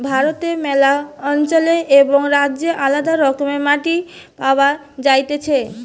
ভারতে ম্যালা অঞ্চলে এবং রাজ্যে আলদা রকমের মাটি পাওয়া যাতিছে